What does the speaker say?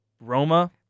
Roma